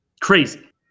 Crazy